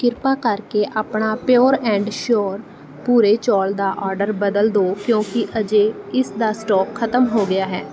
ਕ੍ਰਿਪਾ ਕਰਕੇ ਆਪਣਾ ਪਿਓਰ ਐਂਡ ਸ਼ਿਓਰ ਭੂਰੇ ਚੌਲ ਦਾ ਓਰਡਰ ਬਦਲ ਦਿਓ ਕਿਉਂਕਿ ਅਜੇ ਇਸ ਦਾ ਸਟੋਕ ਖਤਮ ਹੋ ਗਿਆ ਹੈ